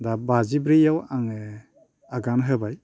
दा बाजिब्रैयाव आङो आगान होबाय